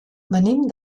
venim